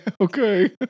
okay